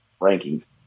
rankings